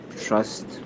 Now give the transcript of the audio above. trust